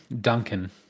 Duncan